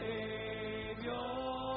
Savior